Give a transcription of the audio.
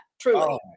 truly